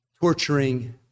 torturing